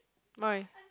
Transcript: my